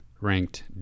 ranked